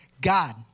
God